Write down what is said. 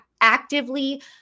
actively